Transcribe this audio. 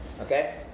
Okay